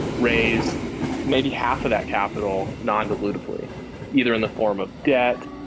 raise maybe half of that capital non dilutively either in the form of debt,